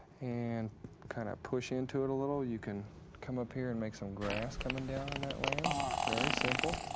and kind of push into it a little, you can come up here and make some grass coming down on that land, very simple.